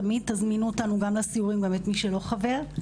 תמיד תזמינו אותנו גם לסיורים ,גם מי שלא חבר,